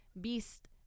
beast